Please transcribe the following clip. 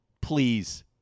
Please